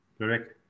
correct